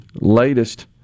latest